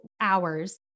hours